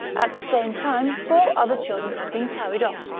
at the same time four other children had been carried off,